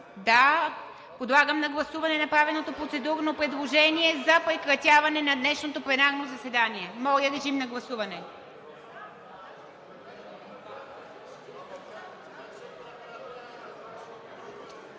Да. Подлагам на гласуване направеното процедурно предложение за прекратяване на днешното пленарно заседание. Гласували